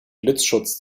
blitzschutz